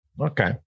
Okay